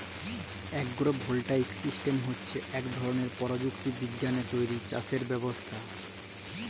agro voltaic system হছে ইক ধরলের পরযুক্তি বিজ্ঞালে তৈরি চাষের ব্যবস্থা